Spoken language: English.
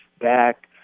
back